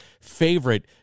favorite